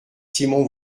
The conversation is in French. simon